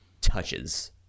touches